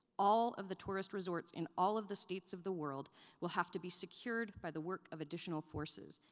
all of the tourist resorts in all of the states of the world will have to be secured by the work of additional forces,